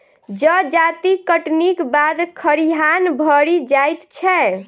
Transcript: जजाति कटनीक बाद खरिहान भरि जाइत छै